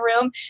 room